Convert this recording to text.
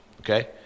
okay